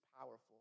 powerful